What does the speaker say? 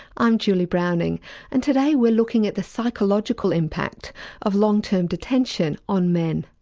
i'm julie browning and today we're looking at the psychological impact of long term detention on men.